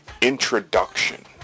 introduction